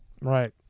Right